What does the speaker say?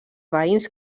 veïns